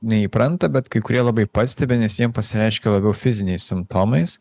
ne įpranta bet kai kurie labai pastebi nes jiem pasireiškia labiau fiziniais simptomais